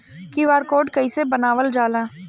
QR code कइसे बनवाल जाला?